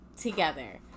Together